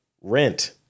Rent